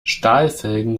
stahlfelgen